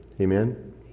Amen